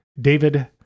David